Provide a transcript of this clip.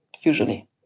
usually